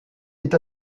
est